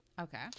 Okay